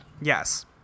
Yes